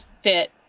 fit